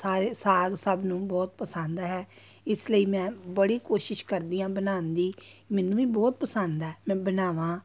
ਸਾਰੇ ਸਾਗ ਸਭ ਨੂੰ ਬਹੁਤ ਪਸੰਦ ਹੈ ਇਸ ਲਈ ਮੈਂ ਬੜੀ ਕੋਸ਼ਿਸ਼ ਕਰਦੀ ਹਾਂ ਬਣਾਉਣ ਦੀ ਮੈਨੂੰ ਵੀ ਬਹੁਤ ਪਸੰਦ ਆ ਮੈਂ ਬਣਾਵਾਂ